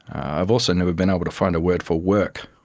i've also never been able to find a word for work.